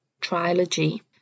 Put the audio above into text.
trilogy